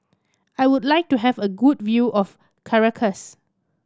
I would like to have a good view of Caracas